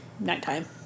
Nighttime